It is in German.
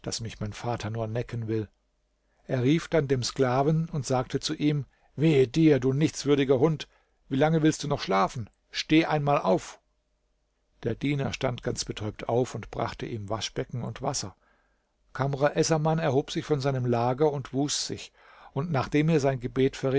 daß mich mein vater nur necken will er rief dann dem sklaven und sagte zu ihm wehe dir du nichtswürdiger hund wie lange willst du noch schlafen steh einmal auf der diener stand ganz betäubt auf und brachte ihm waschbecken und wasser kamr essaman erhob sich von seinem lager wusch sich und nachdem er sein gebet